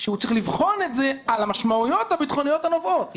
שהוא צריך לבחון את זה על המשמעויות הביטחוניות הנובעות,